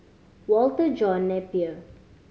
Walter John Napier